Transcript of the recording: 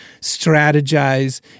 strategize